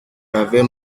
l’avais